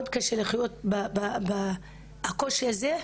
מאוד קשה לחיות בקושי הזה,